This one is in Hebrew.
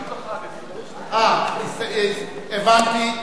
בעמוד 11. הבנתי.